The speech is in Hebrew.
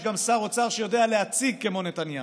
גם שר אוצר שיודע להציג כמו נתניהו.